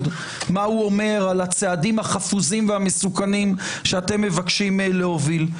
מה הוא אומר על הצעדים החפוזים והמסוכנים שאתם מבקשים להוביל.